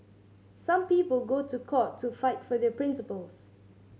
some people go to court to fight for their principles